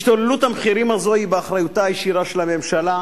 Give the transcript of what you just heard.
השתוללות המחירים הזאת היא באחריותה הישירה של הממשלה.